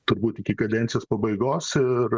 turbūt iki kadencijos pabaigos ir